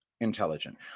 intelligent